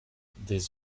des